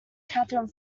katherine